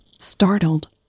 Startled